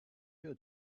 you